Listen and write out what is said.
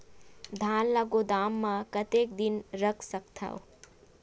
धान ल गोदाम म कतेक दिन रख सकथव?